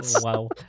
Wow